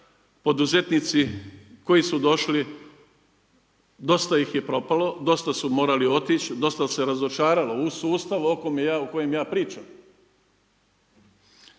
Poduzetnici koji su došli dosta ih je propalo, dosta su morali otići, dosta se razočaralo u sustav o kojem ja pričam.